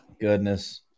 Goodness